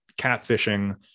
catfishing